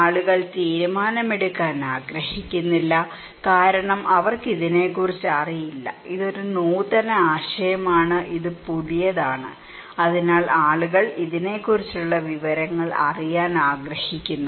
ആളുകൾ തീരുമാനങ്ങൾ എടുക്കാൻ ആഗ്രഹിക്കുന്നില്ല കാരണം അവർക്ക് ഇതിനെ കുറിച്ച് അറിയില്ല ഇതൊരു നൂതന ആശയമാണ് ഇത് പുതിയതാണ് അതിനാൽ ആളുകൾ ഇതിനെക്കുറിച്ചുള്ള വിവരങ്ങൾ അറിയാൻ ആഗ്രഹിക്കുന്നു